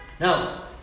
Now